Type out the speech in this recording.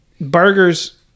burgers